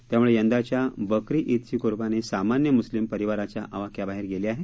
त्याम्ळे यंदाच्या बकरी ईदची क्र्बानी सामान्य म्स्लीम परिवाराच्या आवाक्याबाहेर गेली आहे